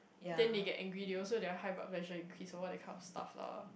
then they get angry they also their high blood pressure and peace or what that kind of stuff lah